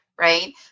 right